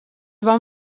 van